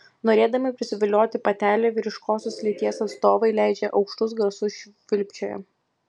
norėdami prisivilioti patelę vyriškosios lyties atstovai leidžia aukštus garsus švilpčioja